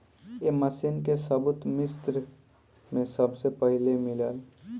ए machine के सबूत मिस्र में सबसे पहिले मिलल